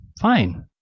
fine